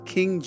King